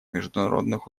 международных